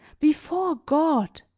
before god,